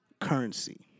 Currency